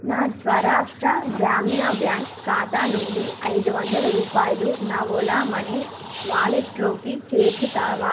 నా సౌరాష్ట్ర గ్రామీణ బ్యాంక్ ఖాతా నుండి ఐదు వందల రూపాయలు నా ఓలా మనీ వాలెట్లోకి చేర్చుతావా